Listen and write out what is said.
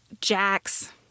Jax